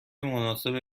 مناسب